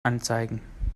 anzeigen